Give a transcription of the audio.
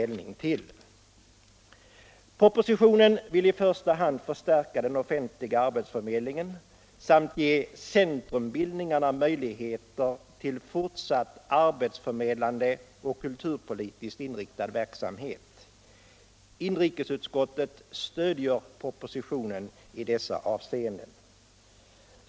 Propositionen vill i första hand förstärka den offentliga arbetsförmedlingen och ge centrumbildningarna möjligheter till fortsatt arbetsförmedlande och kulturpolitiskt inriktad verksamhet. Inrikesutskottet stöder propositionen i dessa avseenden.